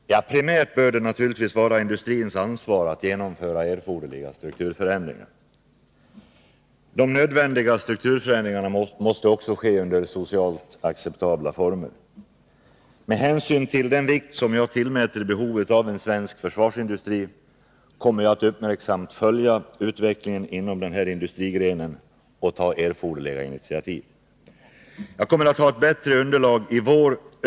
Herr talman! Primärt bör det naturligtvis vara industrins ansvar att genomföra erforderliga strukturförändringar. De nödvändiga strukturförändringarna måste också ske under socialt acceptabela former. Med hänsyn till den vikt jag tillmäter behovet av en svensk försvarsindustri kommer jag att uppmärksamt följa utvecklingen inom denna industrigren och ta erforderliga initiativ. Jag kommer att ha ett bättre underlag i vår.